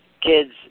kids